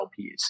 LPs